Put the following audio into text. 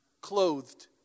clothed